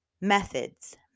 methods